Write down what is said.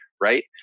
right